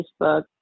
Facebook